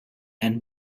and